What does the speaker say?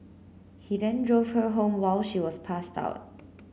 he then drove her home while she was passed out